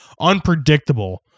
unpredictable